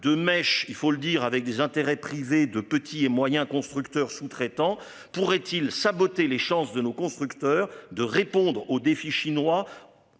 de mèche. Il faut le dire avec des intérêts privés de petits et moyens constructeurs sous-traitants pourrait-il saboter les chances de nos constructeurs de répondre au défi chinois.